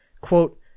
Quote